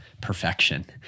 perfection